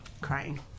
Crying